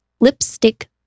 lipstick